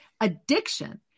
Addiction